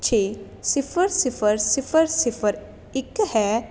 ਛੇ ਸਿਫਰ ਸਿਫਰ ਸਿਫਰ ਸਿਫਰ ਇੱਕ ਹੈ